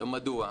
מדוע?